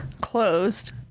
closed